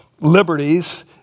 liberties